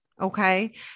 Okay